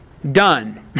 Done